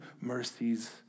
mercies